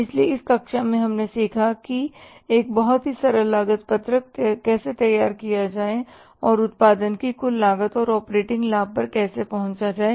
इसलिए इस कक्षा में हमने सीखा है कि एक बहुत ही सरल लागत पत्रक कैसे तैयार किया जाए और उत्पादन की कुल लागत और ऑपरेटिंग लाभ पर कैसे पहुंचा जाए